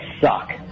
suck